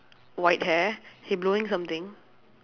white hair he blowing something